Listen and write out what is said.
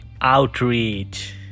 outreach